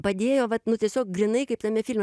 padėjo vat nu tiesiog grynai kaip tame filme